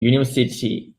university